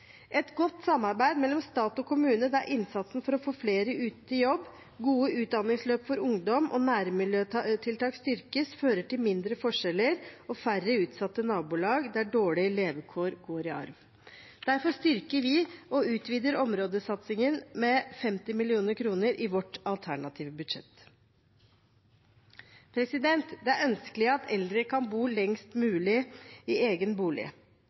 Et godt samarbeid mellom stat og kommune der innsatsen for å få flere ut i jobb, gode utdanningsløp for ungdom og nærmiljøtiltak styrkes, fører til mindre forskjeller og færre utsatte nabolag der dårlige levekår går i arv. Derfor utvider og styrker vi områdesatsingen med 50 mill. kr i vårt alternative budsjett. Det er ønskelig at eldre skal kunne bo lengst mulig i egen bolig.